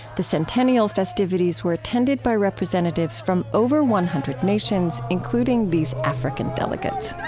the centennial festivities were attended by representatives from over one hundred nations, including these african delegates